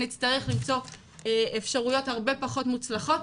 אני אצטרך למצוא אפשרויות הרבה פחות מוצלחות.